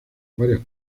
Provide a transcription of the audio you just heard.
varias